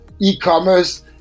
e-commerce